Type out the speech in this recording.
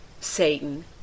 Satan